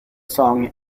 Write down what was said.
song